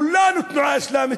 כולנו תנועה אסלאמית,